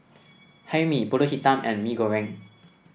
Hae Mee pulut Hitam and Mee Goreng